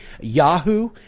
Yahoo